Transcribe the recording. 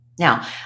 Now